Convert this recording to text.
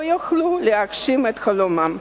לא יוכלו להגשים את חלומם.